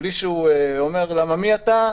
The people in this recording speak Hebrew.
בלי שהוא אומר "למה, מי אתה?"